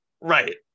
right